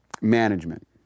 management